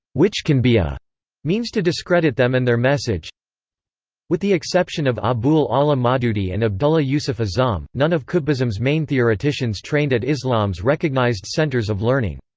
which can be a means to discredit them and their message with the exception of abul ala maududi and abdullah yusuf azzam, none of qutbism's main theoreticians trained at islam's recognized centers of learning.